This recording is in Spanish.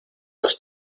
los